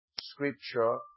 scripture